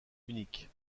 unique